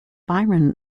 byron